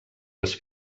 les